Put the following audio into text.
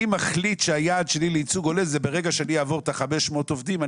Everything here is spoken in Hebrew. ואני מחליט שהיעד שלי לייצוג הולם הוא שברגע שיהיו לי מעל 500 עובדים,